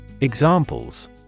Examples